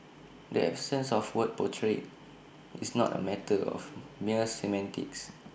the absence of word portrayed is not A matter of mere semantics